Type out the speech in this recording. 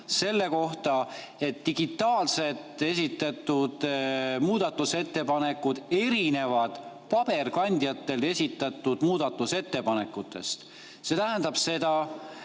selle kohta, et digitaalselt esitatud muudatusettepanekud erinevad paberkandjatel esitatud muudatusettepanekutest. See tähendab seda,